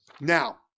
Now